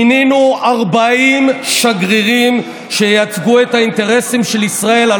מינינו 40 שגרירים שייצגו את האינטרסים של ישראל.